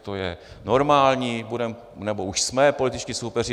To je normální, budeme, nebo už jsme političtí soupeři.